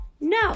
no